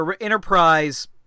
Enterprise